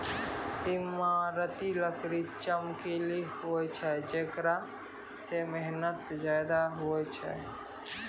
ईमारती लकड़ी चमकिला हुवै छै जेकरा मे मेहनत ज्यादा हुवै छै